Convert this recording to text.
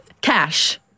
cash